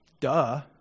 Duh